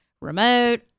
remote